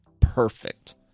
perfect